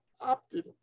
opted